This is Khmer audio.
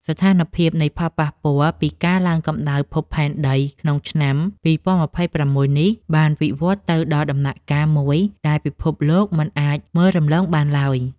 ស្ថានភាពនៃផលប៉ះពាល់ពីការឡើងកម្ដៅភពផែនដីក្នុងឆ្នាំ ២០២៦ នេះ បានវិវឌ្ឍទៅដល់ដំណាក់កាលមួយដែលពិភពលោកមិនអាចមើលរំលងបានឡើយ។